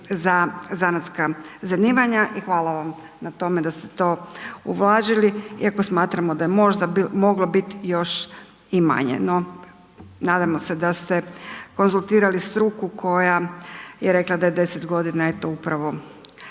za zanatska zanimanja i hvala vam na tome da ste to uvažili iako smatramo da je možda moglo biti još i manje, no nadamo se da ste konzultirali struku koja je rekla da je 10 godina je to upravo